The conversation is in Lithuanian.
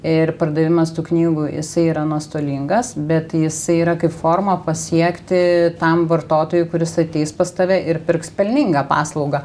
ir pardavimas tų knygų jisai yra nuostolingas bet jis yra kaip forma pasiekti tam vartotojui kuris ateis pas tave ir pirks pelningą paslaugą